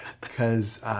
because-